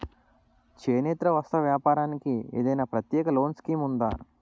చేనేత వస్త్ర వ్యాపారానికి ఏదైనా ప్రత్యేక లోన్ స్కీం ఉందా?